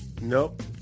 Nope